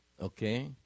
Okay